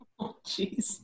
jeez